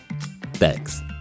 Thanks